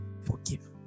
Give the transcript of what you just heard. forgive